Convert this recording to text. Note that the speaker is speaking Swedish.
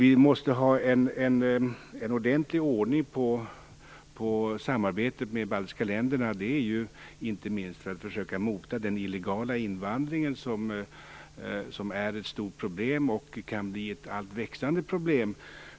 Vi måste ha en ordentlig ordning på samarbetet med de baltiska länderna, inte minst för att försöka mota den illegala invandring som är ett stort problem och som kan bli ett alltmer växande problem.